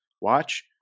watch